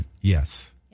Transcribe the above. Yes